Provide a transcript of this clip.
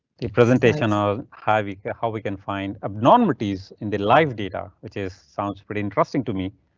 the presentation a'll harvey how we can find abnormal tees in the live data, which is sounds pretty interesting to me.